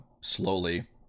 slowly